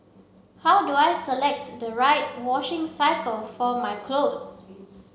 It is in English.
how do I select the right washing cycle for my clothes